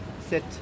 Sit